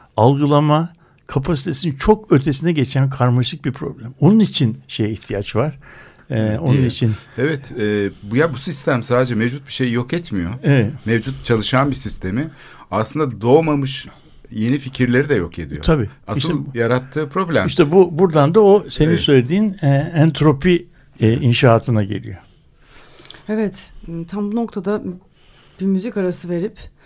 algılama kapasitesinin çok ötesine geçen karmaşık bir problem. Onun için şeye ihtiyaç var. Eee, onun Değil. için- Evet, eee, bu ya- bu sistem sadece mevcut bir şey yok etmiyor. Evet. Mevcut çalışan bir sistemi aslında doğmamış yeni fikirleri de yok ediyor. Tabii. Asıl İşte- yarattığı problem- İşte bu- buradan da o senin Evet. söylediğin, eee, entropi, eee, inşaatına geliyor. Evet, eee, tam bu noktada bir müzik arası verip,